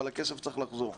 אבל הכסף צריך לחזור.